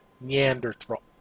Neanderthal